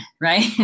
right